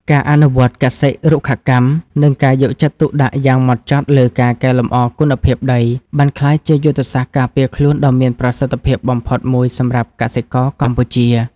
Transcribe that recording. ការអនុវត្តកសិ-រុក្ខកម្ម និងការយកចិត្តទុកដាក់យ៉ាងហ្មត់ចត់លើការកែលម្អគុណភាពដី បានក្លាយជាយុទ្ធសាស្ត្រការពារខ្លួនដ៏មានប្រសិទ្ធភាពបំផុតមួយសម្រាប់កសិករកម្ពុជា។